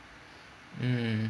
mm